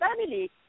family